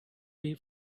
pay